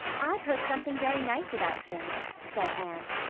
i've heard something very nice about jane, said anne.